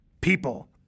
people